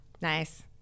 Nice